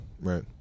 right